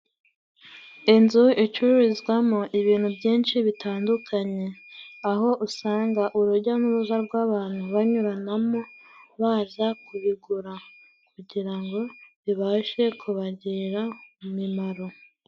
Inzu icururizwamo ibintu byinshi bitandukanye, aho usanga urujya n'uruza rw'abantu banyuranamo baza kubigura kugira ngo bibashe kubagirira imimaro.